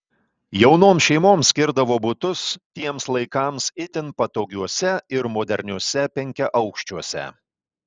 jaunoms šeimoms skirdavo butus tiems laikams itin patogiuose ir moderniuose penkiaaukščiuose